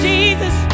Jesus